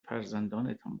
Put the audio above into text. فرزندانتان